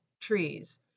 trees